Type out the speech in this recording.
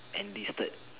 enlisted